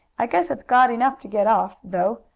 i guess it's glad enough to get off, though,